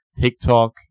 tiktok